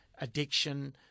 addiction